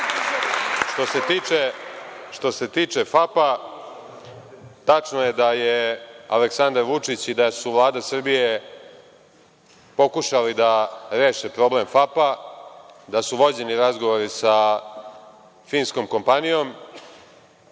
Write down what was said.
se tiče FAP-a, tačno je da su Aleksandar Vučić i Vlada Srbije pokušali da reše problem FAP-a, da su vođeni razgovori sa finskom kompanijom.